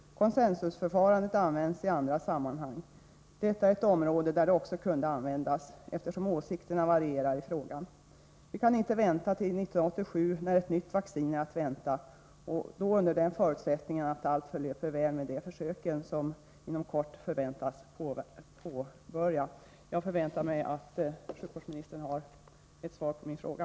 Konsensusförfarandet används i andra sammanhang. Detta är också ett område där konsensusförfarandet kunde användas, eftersom åsikterna varierar i frågan. Vi kan inte vänta till 1987, då ett nytt vaccin kommer, under förutsättning att allt löper väl med de försök som inom kort förväntas börja. Jag hoppas att sjukvårdsministern har ett besked att lämna.